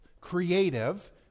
creative